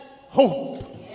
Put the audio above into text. hope